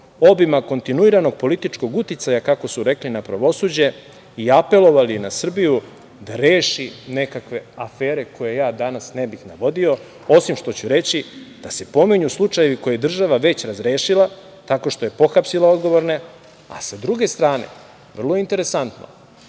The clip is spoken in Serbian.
obima kontinuiranog političkog uticaja, kako su rekli, na pravosuđe i apelovali na Srbiju da reši nekakve afere koje ja danas ne bih navodio, osim što ću reći da se pominju slučajevi koje je država već razrešila tako što je pohapsila odgovorne, a sa druge strane vrlo interesantno,